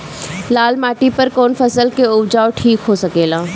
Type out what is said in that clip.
लाल माटी पर कौन फसल के उपजाव ठीक हो सकेला?